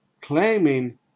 claiming